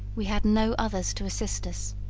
we had no others to assist us.